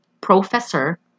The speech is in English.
professor